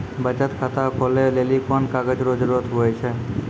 बचत खाता खोलै लेली कोन कागज रो जरुरत हुवै छै?